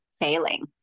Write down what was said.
failing